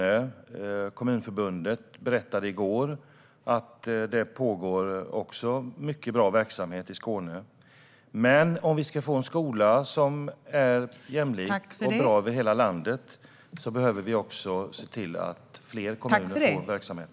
Och Kommunförbundet i Skåne berättade i går att det pågår mycket bra verksamhet också i Skåne. Men om vi ska få en bra och jämlik skola över hela landet behöver vi se till att fler kommuner får sådan verksamhet.